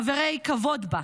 חברי כבוד בה.